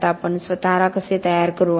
आता आपण स्वतःला कसे तयार करू